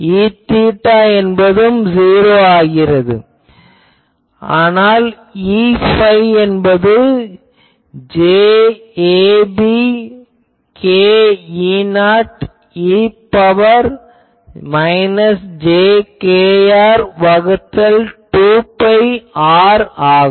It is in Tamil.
Eθ என்பதும் '0' ஆகிறது ஆனால் Eϕ என்பது j ab k E0 e - இன் பவர் j kr வகுத்தல் 2 பை r ஆகும்